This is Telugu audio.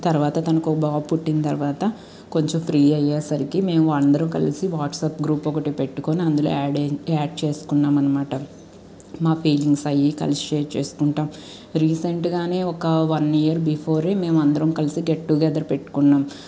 తర్వాత దానికో బాబు పుట్టిన తర్వాత కొంచెం ఫ్రీ అయ్యేసరికి మేము అందరం కలిసి వాట్సాప్ గ్రూప్ ఒకటి పెట్టుకొని అందులో యాడ్ యాడ్ చేసుకున్నాం అనమాట మా ఫీలింగ్స్ అవి కలిసి షేర్ చేసుకుంటాం రీసెంట్గానే ఒక వన్ ఇయర్ బిఫోర్ ఏ మేము అందరు కలసి గెట్ టుగెదర్ పెట్టుకున్నాం